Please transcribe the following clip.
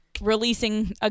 releasing